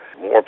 more